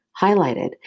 highlighted